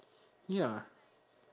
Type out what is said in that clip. ya